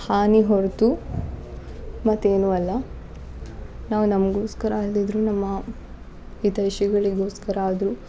ಹಾನಿ ಹೊರತು ಮತ್ತೇನೂ ಅಲ್ಲ ನಾವು ನಮಗೋಸ್ಕರ ಅಲ್ದಿದ್ರೂ ನಮ್ಮ ಹಿತೈಷಿಗಳಿಗೋಸ್ಕರ ಆದ್ರೂ